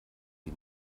die